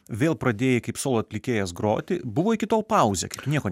vėl pradėjai kaip solo atlikėjas groti buvo iki tol pauzė kad nieko